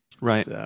Right